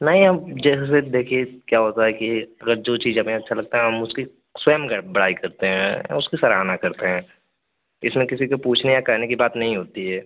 नहीं अब जैसे देखिए क्या होता है कि अगर जो चीज हमें अच्छा लगता है हम उसकी स्वयं बड़ाई करते हैं उसकी सराहना करते हैं इसमें किसी के पूछने या कहने की बात नहीं होती है